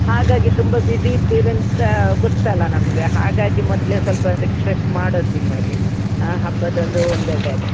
ಹಾಗಾಗಿ ತುಂಬ ಬಿಸಿ ಇದ್ದೀರಂತ ಗೊತ್ತಲ್ಲ ನಮಗೆ ಹಾಗಾಗಿ ಮೊದಲೆ ಸ್ವಲ್ಪ ರಿಕ್ವೆಸ್ಟ್ ಮಾಡೋದು ನಿಮ್ಮಲ್ಲಿ ಹಾಂ ಹಬ್ಬದ ಒಂದು